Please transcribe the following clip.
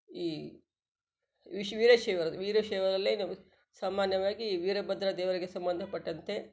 ಈ ವಿಶ್ ವೀರಶೈವರದ್ದು ವೀರಶೈವರಲ್ಲೇನು ಸಾಮಾನ್ಯವಾಗಿ ವೀರಭದ್ರ ದೇವರಿಗೆ ಸಂಬಂಧಪಟ್ಟಂತೆ